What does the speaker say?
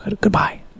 Goodbye